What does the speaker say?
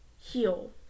heal